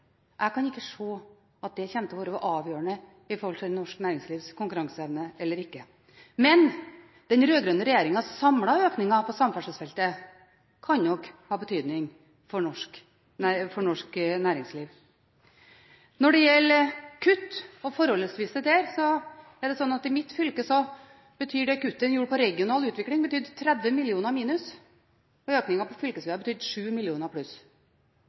Jeg kan ikke se at det kommer til å være avgjørende i forhold til norsk næringslivs konkurranseevne eller ikke. Men den rød-grønne regjeringens samlede økning på samferdselsfeltet kan nok ha betydning for norsk næringsliv. Når det gjelder kutt og det forholdet som vises der, er det slik at i mitt fylke betydde det kuttet man gjorde på regional utbygging, 30 mill. kr minus, og økningen på fylkesveger betydde 7 mill. kr pluss.